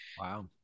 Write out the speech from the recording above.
Wow